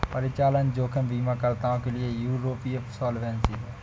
परिचालन जोखिम बीमाकर्ताओं के लिए यूरोपीय सॉल्वेंसी है